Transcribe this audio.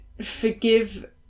forgive